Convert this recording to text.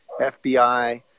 fbi